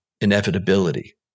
inevitability